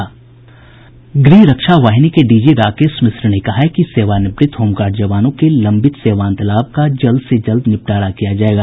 गृह रक्षा वाहिनी के डीजी राकेश मिश्र ने कहा है कि सेवानिवृत होमगार्ड जवानों के लंबित सेवांत लाभ का जल्द से जल्द निपटारा किया जायेगा